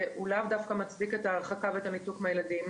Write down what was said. הוא לאו דווקא מצדיק את ההרחקה והניתוק מהילדים.